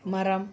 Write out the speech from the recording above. மரம்